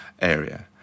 area